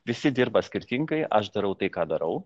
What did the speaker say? visi dirba skirtingai aš darau tai ką darau